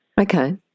Okay